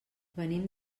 venim